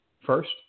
first